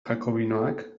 jakobinoak